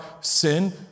sin